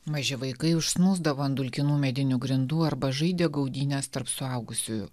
maži vaikai užsnūsdavo ant dulkinų medinių grindų arba žaidė gaudynes tarp suaugusiųjų